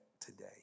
today